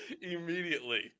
Immediately